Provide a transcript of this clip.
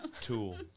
Tool